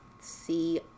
see